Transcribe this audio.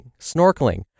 snorkeling